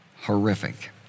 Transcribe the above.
horrific